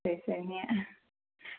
சரி சரிங்க